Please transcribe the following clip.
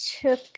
took